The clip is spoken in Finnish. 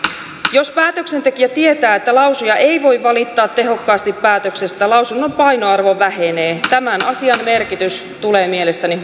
jos päätöksentekijä tietää että lausuja ei voi valittaa tehokkaasti päätöksestä lausunnon painoarvo vähenee tämän asian merkitys tulee mielestäni